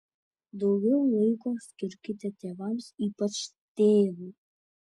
daugiau laiko skirkite tėvams ypač tėvui